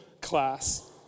class